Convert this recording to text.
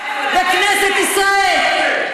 בכנסת ישראל.